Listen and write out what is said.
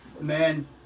Man